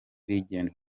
legend